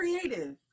creative